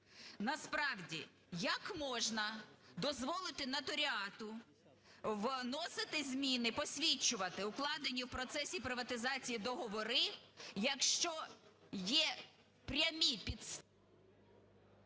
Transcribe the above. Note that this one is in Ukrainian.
Насправді як можна дозволити нотаріату вносити зміни, посвідчувати укладені в процесі приватизації, договори, якщо є прямі підстави…